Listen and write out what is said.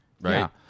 Right